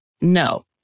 No